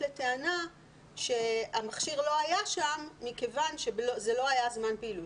לטענה שהמכשיר לא היה שם מכיוון שזה לא זמן פעילות.